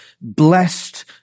blessed